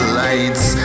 lights